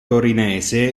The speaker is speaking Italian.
torinese